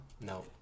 no